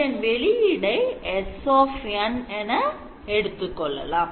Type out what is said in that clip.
இதன் வெளியிடை sn என எடுத்து கொள்ளலாம்